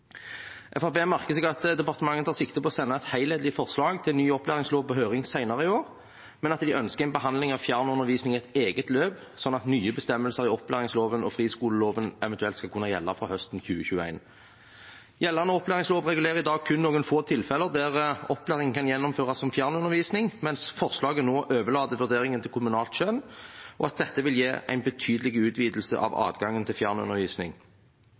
å sende et helhetlig forslag til ny opplæringslov på høring senere i år, men at de ønsker en behandling av fjernundervisning i et eget løp, sånn at nye bestemmelser i opplæringsloven og friskoleloven eventuelt skal kunne gjelde fra høsten 2021. Gjeldende opplæringslov regulerer i dag kun noen få tilfeller der opplæring kan gjennomføres som fjernundervisning, mens forslaget nå overlater vurderingen til kommunalt skjønn, og dette vil gi en betydelig utvidelse av adgangen til